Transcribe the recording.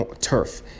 turf